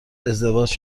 ازدواج